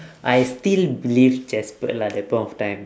I still believe jasper lah at that point of time